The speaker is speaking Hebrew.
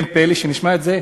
אין פלא אם נשמע את זה,